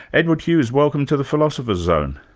edward hughes, welcome to the philosopher's zone.